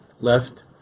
left